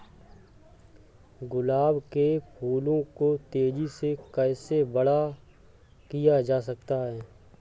गुलाब के फूलों को तेजी से कैसे बड़ा किया जा सकता है?